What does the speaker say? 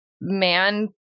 man